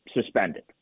suspended